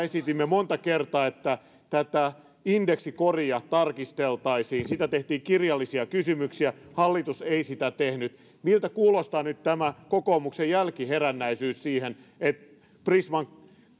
esitimme monta kertaa että tätä indeksikoria tarkisteltaisiin siitä tehtiin kirjallisia kysymyksiä hallitus ei sitä tehnyt miltä kuulostaa nyt tämä kokoomuksen jälkiherännäisyys prisman